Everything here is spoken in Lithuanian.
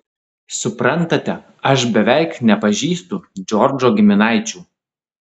suprantate aš beveik nepažįstu džordžo giminaičių